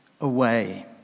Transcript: away